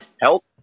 Help